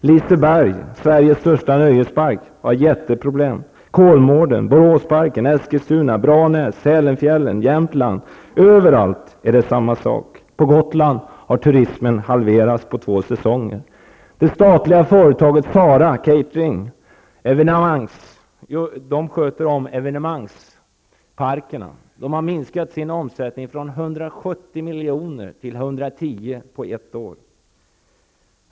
Liseberg, Sveriges största nöjespark, har jätteproblem. För Kolmårdens djurpark, Boråsparken, Eskilstunaparken, Branäs i Värmland, Sälenfjällen och parker i Jämtland är det likadant. På Gotland har turismen halverats på två säsonger. Det statliga företaget Sara Catering, som sköter evenemangsarrangemangen i parkerna, har minskat sin omsättning från 170 miljoner till 110 miljoner på ett år.